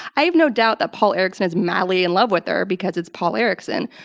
i have no doubt that paul erickson is madly in love with her because it's paul erickson.